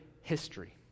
history